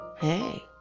hey